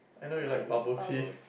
I know you like bubble tea